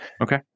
Okay